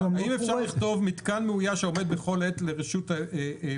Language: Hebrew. אפשר לכתוב: מרכז מאויש,